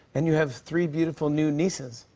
and you have three beautiful new nieces.